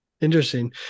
Interesting